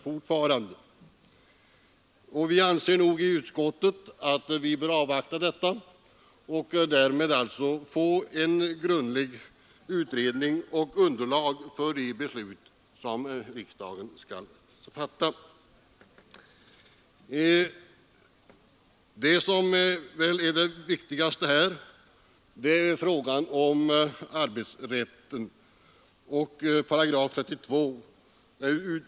I utskottet anser vi att vi bör avvakta detta för att därmed få fram en grundlig utredning som kan bilda underlag för de beslut som riksdagen skall fatta. Den viktigaste frågan gäller här arbetsrätten och § 32.